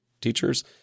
teachers